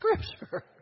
scripture